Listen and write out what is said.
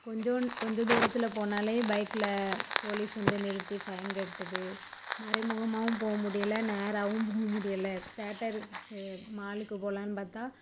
கொஞ்சோண்டு கொஞ்ச தூரத்தில் போனாலே பைக்கில் போலீஸ் வந்து நிறுத்தி ஃபைன் கேட்டது மறைமுகமாகவும் போக முடியலை நேராகவும் போக முடியலை தேட்டர் மாலுக்கு போகலான்னு பார்த்தா